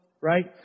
right